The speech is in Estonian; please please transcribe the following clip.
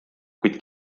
kuid